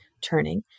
turning